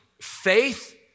faith